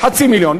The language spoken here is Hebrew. חצי מיליון,